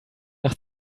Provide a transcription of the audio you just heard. nach